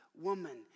woman